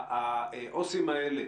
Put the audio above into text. העובדים הסוציאליים האלה,